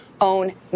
own